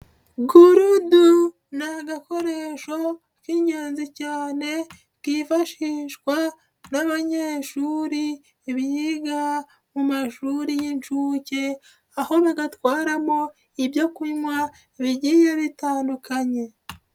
Gurudu ni agakoresho k'ingenzi cyane kifashishwa n'abanyeshuri biga mu mashuri y'inshuke, aho bagatwaramo ibyo kunywa bigiye bitandukanye.